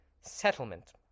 settlement